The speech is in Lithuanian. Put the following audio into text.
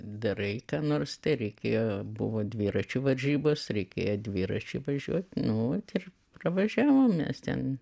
darai ką nors tai reikėjo buvo dviračių varžybos reikėjo dviračiu važiuot nu ir pravažiavom mes ten